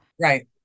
Right